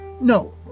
No